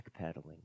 backpedaling